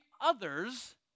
others